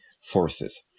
forces